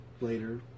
later